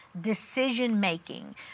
decision-making